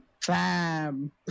Fam